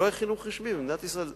שלא יהיה חינוך רשמי במדינת ישראל,